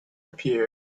appeared